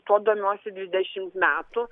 tuo domiuosi dvidešimt metų